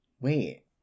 wait